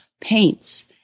paints